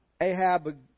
Ahab